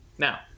Now